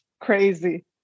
crazy